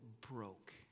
broke